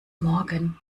morgen